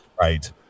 Right